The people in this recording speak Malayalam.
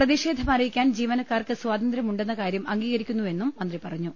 പ്രതിഷേധമറിയിക്കാൻ ജീവനക്കാർക്ക് സ്വാതന്ത്ര്യമുണ്ടെന്ന കാര്യം അംഗീകരിക്കുന്നുവെന്നും മന്ത്രി പറഞ്ഞു